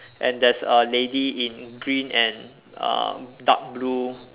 and there's a lady in green and uh dark blue